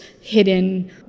hidden